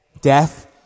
death